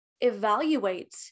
evaluate